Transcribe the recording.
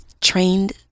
trained